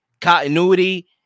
continuity